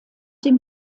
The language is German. dem